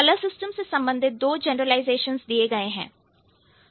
colour system से संबंधित दो जनरलाइजेशंस दिए गए हैं